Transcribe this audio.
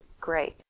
Great